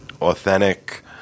authentic